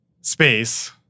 space